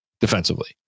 defensively